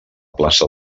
plaça